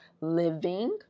living